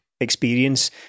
experience